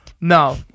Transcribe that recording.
No